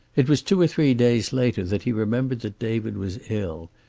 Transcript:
it was two or three days later that he remembered that david was ill,